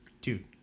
dude